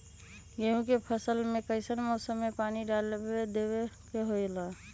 गेहूं के फसल में कइसन मौसम में पानी डालें देबे के होला?